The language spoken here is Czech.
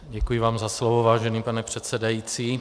Děkuji vám za slovo, vážený pane předsedající.